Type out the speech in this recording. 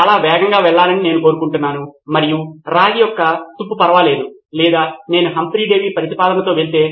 ఇంకొక మార్గం ఏమిటంటే మీరు ఎదుర్కొనే కొన్ని సమస్యలు ఏమిటో ఇప్పటికే ఊహించుకోవడం వాటిని మీరు బహుశా పరిష్కరించవచ్చు మరియు ఇవన్నీ సరిపోతుందో లేదో చూడవచ్చు